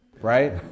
right